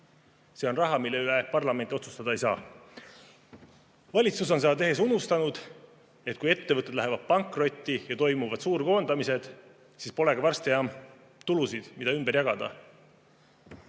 See on raha, mille üle parlament otsustada ei saa. Valitsus on seda tehes unustanud, et kui ettevõtted lähevad pankrotti ja toimuvad suurkoondamised, siis polegi varsti enam tulusid, mida ümber jagada.